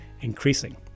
increasing